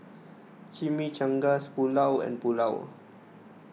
Chimichangas Pulao and Pulao